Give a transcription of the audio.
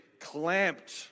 clamped